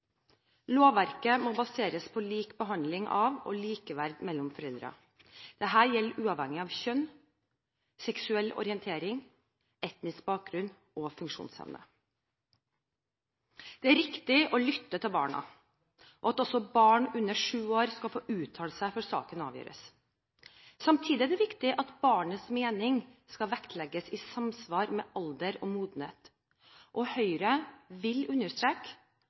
Lovverket må baseres på lik behandling av og likeverd mellom foreldrene. Dette gjelder uavhengig av kjønn, seksuell orientering, etnisk bakgrunn og funksjonsevne. Det er riktig å lytte til barna, og at også barn under syv år skal få uttale seg før saken avgjøres. Samtidig er det viktig at barnets mening skal vektlegges i samsvar med alder og modenhet. Høyre vil understreke